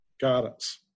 guidance